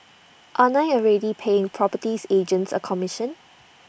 aren't I already paying properties agents A commission